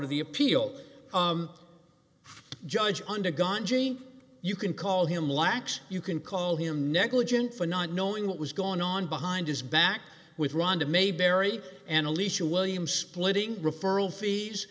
of the appeal judge undergone gene you can call him lax you can call him negligent for not knowing what was going on behind his back with rhonda mayberry annalise to william splitting referral fee